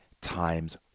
times